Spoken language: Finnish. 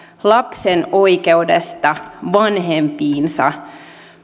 lapsen oikeudesta vanhempiinsa